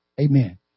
amen